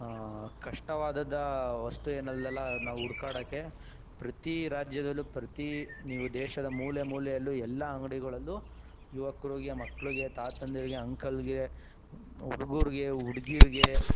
ಕಷ್ಟವಾದ ವಸ್ತು ಏನಲ್ಲೆಲ್ಲ ನಾವು ಹುಡ್ಕಾಡಕ್ಕೆ ಪ್ರತಿ ರಾಜ್ಯದಲ್ಲೂ ಪ್ರತಿ ನೀವು ದೇಶದ ಮೂಲೆ ಮೂಲೆಯಲ್ಲೂ ಎಲ್ಲ ಅಂಗಡಿಗಳಲ್ಲೂ ಯುವಕ್ರಿಗೆ ಮಕ್ಳಿಗೆ ತಾತಂದಿರಿಗೆ ಅಂಕಲ್ಗೆ ಹುಡುಗರ್ಗೆ ಹುಡುಗಿರ್ಗೆ